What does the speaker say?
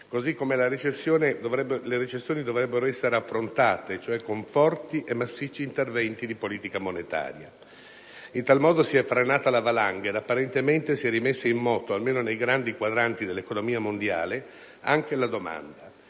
(così come le recessioni dovrebbero essere affrontate), cioè con forti e massicci interventi di politica monetaria. In tal modo, si è frenata la valanga e apparentemente si è rimessa in moto, almeno nei grandi quadranti dell'economia mondiale, anche la domanda.